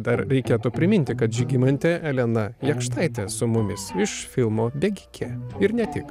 dar reikėtų priminti kad žygimantė elena jakštaitė su mumis iš filmo bėgikė ir ne tik